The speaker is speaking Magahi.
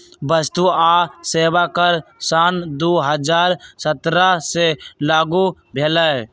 वस्तु आ सेवा कर सन दू हज़ार सत्रह से लागू भेलई